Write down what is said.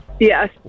Yes